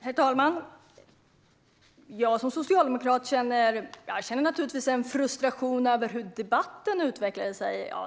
Herr talman! Jag som socialdemokrat känner naturligtvis en frustration över hur debatten utvecklade sig.